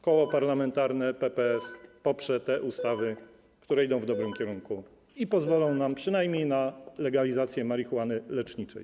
Koło Parlamentarne PPS poprze te ustawy, które idą w dobrym kierunku i pozwolą nam przynajmniej na legalizację marihuany leczniczej.